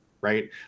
Right